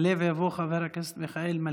יעלה ויבוא חבר הכנסת מיכאל מלכיאלי.